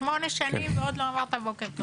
שמונה שנים, ועוד לא אמרת בוקר טוב.